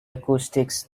acoustics